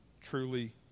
Truly